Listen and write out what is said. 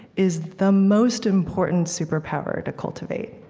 is the most important superpower to cultivate,